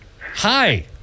Hi